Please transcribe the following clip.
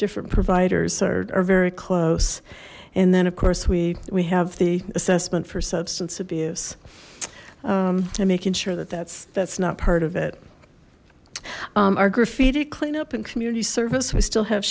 different providers are very close and then of course we we have the assessment for substance abuse and making sure that that's that's not part of it our graffiti cleanup in community service we still have